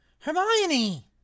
Hermione